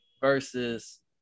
versus –